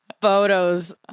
photos